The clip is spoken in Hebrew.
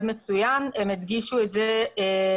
הם סיפרו שבמקומות מסוימים זה עבד מצוין,